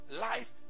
life